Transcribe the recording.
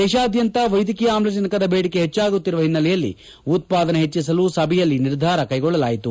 ದೇಶಾದ್ಯಂತ ವೈದ್ಯಕೀಯ ಆಮ್ಲಜನಕದ ಬೇಡಿಕೆ ಹೆಚ್ಚಾಗುತ್ತಿರುವ ಹಿನ್ನೆಲೆಯಲ್ಲಿ ಉತ್ವಾದನೆ ಹೆಚ್ಚಿಸಲು ಸಭೆಯಲ್ಲಿ ನಿರ್ಧಾರ ಕ್ಚೆಗೊಳ್ಳಲಾಯಿತು